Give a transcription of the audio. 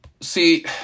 See